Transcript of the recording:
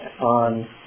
on